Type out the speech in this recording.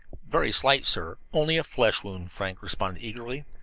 very slight, sir. only a flesh wound, frank responded eagerly.